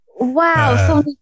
Wow